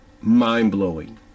mind-blowing